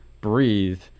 breathe